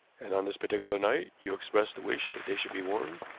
and on this particular night you expressed a wish that they should be worn?